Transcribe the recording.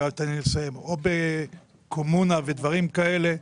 או בקומונה ודברים כאלה,